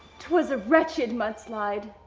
twas a retched mudslide.